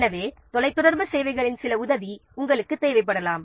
எனவே தொலைத்தொடர்பு சேவைகளின் சில உதவி நமக்கு தேவைப்படலாம்